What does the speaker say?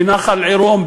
בנחל-עירון,